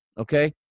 Okay